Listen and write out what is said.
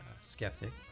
skeptic